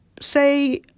say